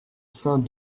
saints